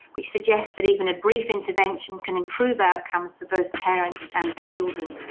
which suggests that even a brief intervention can improve outcomes for both parents and for children.